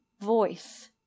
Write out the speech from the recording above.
voice